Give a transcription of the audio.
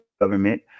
government